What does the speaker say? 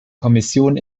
kommission